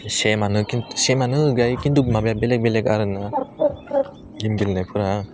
सेमानो खिन्थु सेमानो बेहाय खिन्थु माबाया बेलेक बेलेक आरो ना गेम गेलेनायफोरा